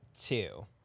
two